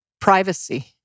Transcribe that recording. privacy